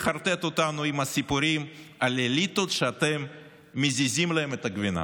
לחרטט אותנו עם הסיפורים על אליטות שאתם מזיזים להן את הגבינה.